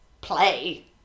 play